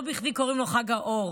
לא בכדי קוראים לו חג האור,